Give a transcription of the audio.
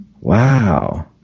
Wow